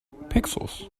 pixels